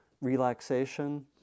relaxation